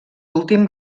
últim